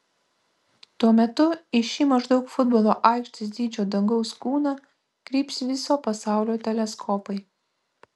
tuo metu į šį maždaug futbolo aikštės dydžio dangaus kūną kryps viso pasaulio teleskopai